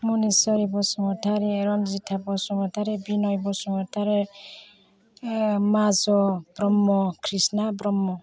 मनिसरि बसुमतारी रन्जिता बसुमतारी बिनय बसुमतारी माज' ब्रह्म कृष्णा ब्रह्म